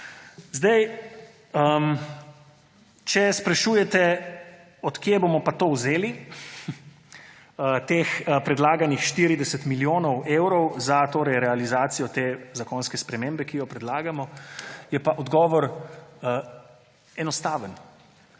naprej. Če sprašujete, od kod bomo pa to vzeli, teh predlaganih 40 milijonov evrov za realizacijo zakonske spremembe, ki jo predlagamo, je odgovor enostaven.